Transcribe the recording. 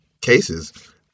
cases